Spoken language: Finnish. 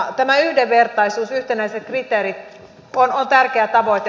tämä yhdenvertaisuus yhtenäiset kriteerit on tärkeä tavoite